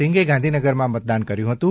સિંઘે ગાંધીનગરમાં મતદાન કર્યું હતું